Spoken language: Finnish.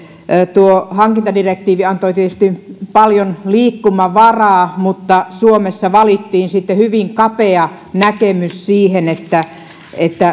tuo hankintadirektiivi antoi tietysti paljon liikkumavaraa mutta suomessa valittiin sitten hyvin kapea näkemys siihen